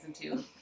two